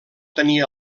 tenia